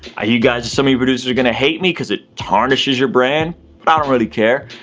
you guys, some of you producers are gonna hate me cause it tarnishes your brand, i don't really care,